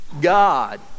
God